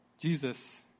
Jesus